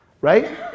Right